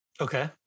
Okay